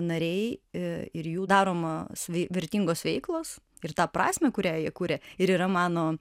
nariai ir jų daromos vertingos veiklos ir tą prasmę kurią jie kuria ir yra mano